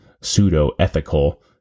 pseudo-ethical